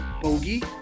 Bogey